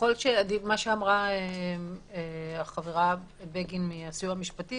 ככל שאמרה החברה בגין מהסיוע המשפטי